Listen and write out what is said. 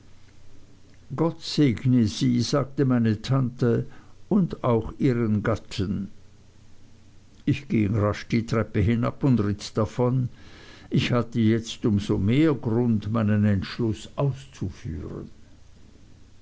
gott segne sie sagte meine tante und auch ihren gatten ich ging rasch die treppe hinab und ritt davon ich hatte jetzt um so mehr grund meinen entschluß auszuführen